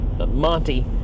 Monty